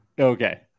Okay